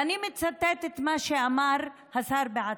ואני מצטטת מה שאמר השר בעצמו: